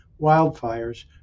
wildfires